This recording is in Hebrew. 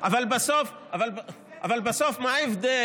אבל מה ההבדל,